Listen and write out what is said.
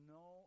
no